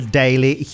daily